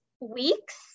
weeks